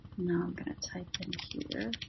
now i'm going to type in here.